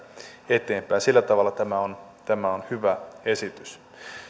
eteenpäin sillä tavalla tämä on tämä on hyvä esitys